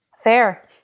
Fair